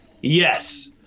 yes